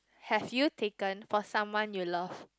have you taken for someone you love